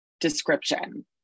description